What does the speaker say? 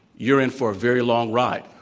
you're in for a very long ride.